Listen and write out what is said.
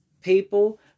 people